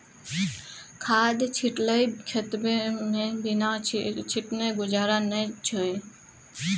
खाद छिटलही खेतमे बिना छीटने गुजारा नै छौ